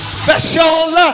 special